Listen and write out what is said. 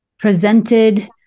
presented